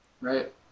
right